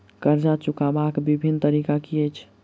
कर्जा चुकबाक बिभिन्न तरीका की अछि?